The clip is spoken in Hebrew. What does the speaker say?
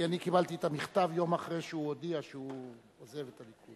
כי אני קיבלתי את המכתב יום אחרי שהוא הודיע שהוא עוזב את הליכוד.